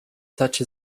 such